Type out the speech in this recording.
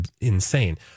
insane